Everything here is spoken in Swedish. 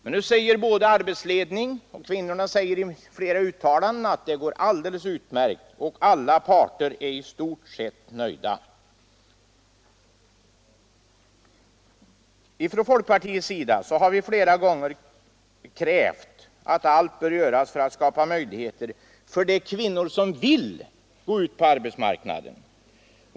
Men nu säger både arbetsledning och kvinnorna i flera uttalanden att det går alldeles utmärkt, och alla parter är i stort sett nöjda. Från folkpartiets sida har vi flera gånger krävt att allt skall göras för att skapa möjligheter för de kvinnor som så vill att gå ut på arbetsmarknaden.